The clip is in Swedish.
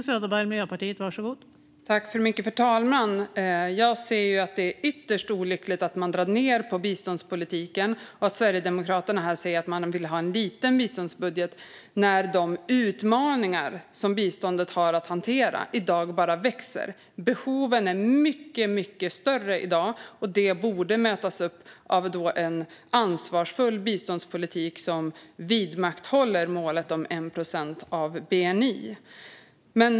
Fru talman! Jag tycker att det är ytterst olyckligt att man drar ned inom biståndspolitiken och att Sverigedemokraterna säger att de vill ha en liten biståndsbudget när de utmaningar som biståndet har att hantera bara växer i dag. Behoven är mycket större i dag, och det borde mötas av en ansvarsfull biståndspolitik som vidmakthåller målet om 1 procent av bni.